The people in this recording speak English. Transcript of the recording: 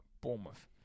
Bournemouth